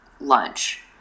lunch